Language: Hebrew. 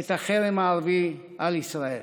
את החרם הערבי על ישראל.